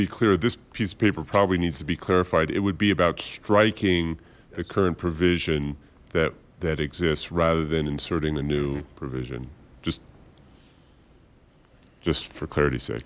be clear this piece of paper probably needs to be clarified it would be about striking the current provision that that exists rather than inserting a new provision just just for clarity s